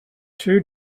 two